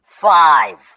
Five